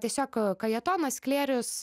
tiesiog kajetonas sklėrius